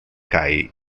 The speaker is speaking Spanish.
kai